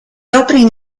opening